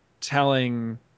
telling